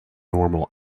normal